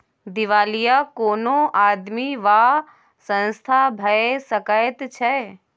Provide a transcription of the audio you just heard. दिवालिया कोनो आदमी वा संस्था भए सकैत छै